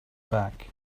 back